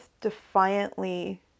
defiantly